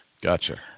Gotcha